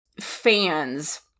fans